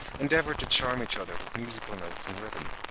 endeavoured to charm each other with musical notes and rhythm.